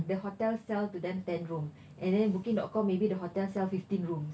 the hotel sell to them ten room and then booking dot com maybe the hotel sell fifteen rooms